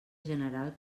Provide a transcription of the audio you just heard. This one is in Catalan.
general